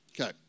Okay